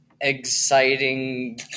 Exciting